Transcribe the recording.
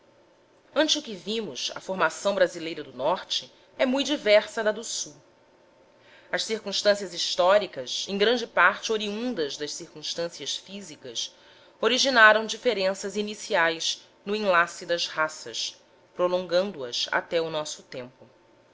ante o que vimos a formação brasileira do norte é mui diversa da do sul as circunstâncias históricas em grande parte oriundas das circunstâncias físicas originaram diferenças iniciais no enlace das raças prolongando as até ao nosso tempo